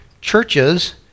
churches